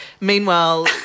meanwhile